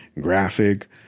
graphic